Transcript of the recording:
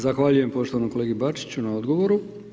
Zahvaljujem poštovanom kolegi Bačiću na odgovoru.